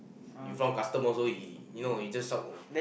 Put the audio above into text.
in front of customer also he you know he just shout you know